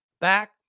back